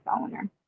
owner